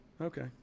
Okay